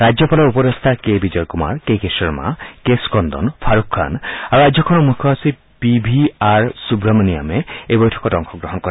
ৰাজ্যপালৰ উপদেষ্টা K Vijay Kumar K K Sharma K Skandan Farooq Khan আৰু ৰাজ্যখনৰ মুখ্য সচিব বি ভি আৰ সূৱহমণ্যমে এই বৈঠকত অংশগ্ৰহণ কৰে